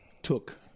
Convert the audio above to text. took